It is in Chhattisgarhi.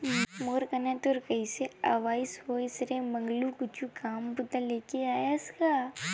मोर करा तोर कइसे अवई होइस हे मंगलू कुछु काम बूता लेके आय हस का बता?